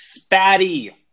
Spatty